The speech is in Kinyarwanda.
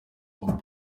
amafoto